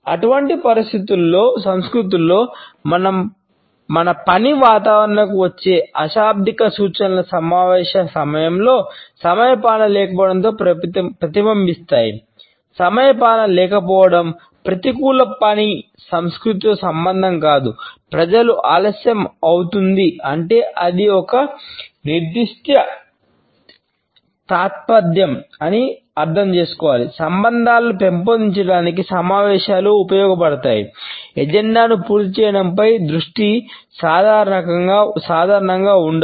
అటువంటి సంస్కృతులలో మన పని వాతావరణంలోకి వచ్చే అశాబ్దిక పూర్తి చేయడంపై దృష్టి సాధారణంగా ఉండదు